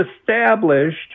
established